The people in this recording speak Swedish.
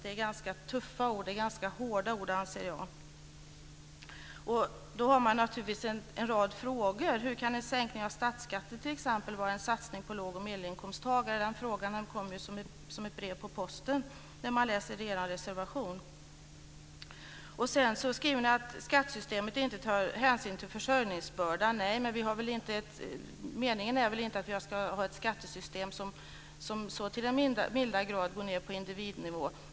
Jag anser att det är ganska hårda ord i er reservation, och det leder till en rad frågor: Hur kan, t.ex., en sänkning av statsskatten innebära en satsning på lågoch medelinkomsttagare? Den frågan kommer som ett brev på posten. Sedan skriver ni att skattesystemet inte tar hänsyn till försörjningsbördan. Nej, men det är väl inte meningen att vi ska ha ett skattesystem som så till den milda grad går ned på individnivå.